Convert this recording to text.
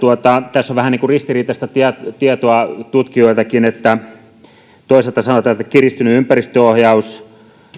tässä on vähän ristiriitaista tietoa tietoa tutkijoiltakin kun toisaalta sanotaan että kiristynyt ympäristöohjaus